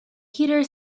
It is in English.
peter